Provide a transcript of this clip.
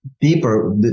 deeper